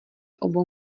obou